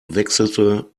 wechselte